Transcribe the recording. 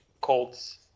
Colts